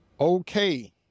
okay